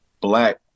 black